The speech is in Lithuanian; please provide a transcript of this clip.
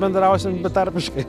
bendrausim betarpiškai